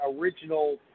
original